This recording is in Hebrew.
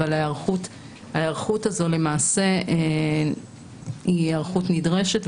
אבל ההיערכות הזאת למעשה היא היערכות נדרשת.